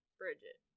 bridget